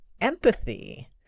empathy